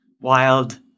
wild